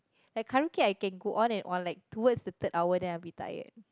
like karaoke I can go on and on like towards the third hour then I will be tired